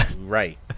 Right